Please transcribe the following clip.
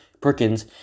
Perkins